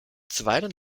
zuweilen